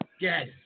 Yes